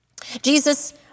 Jesus